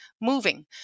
moving